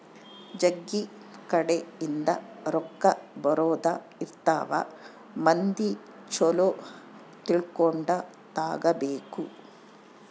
ಜಗ್ಗಿ ಕಡೆ ಇಂದ ರೊಕ್ಕ ಬರೋದ ಇರ್ತವ ಮಂದಿ ಚೊಲೊ ತಿಳ್ಕೊಂಡ ತಗಾಬೇಕು